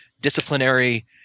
disciplinary